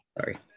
Sorry